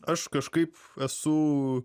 aš kažkaip esu